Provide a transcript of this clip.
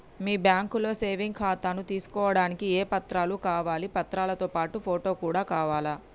మీ బ్యాంకులో సేవింగ్ ఖాతాను తీసుకోవడానికి ఏ ఏ పత్రాలు కావాలి పత్రాలతో పాటు ఫోటో కూడా కావాలా?